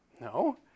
No